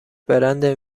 برند